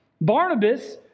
Barnabas